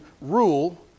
rule